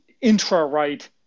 intra-right